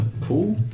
Cool